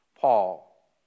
Paul